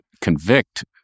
convict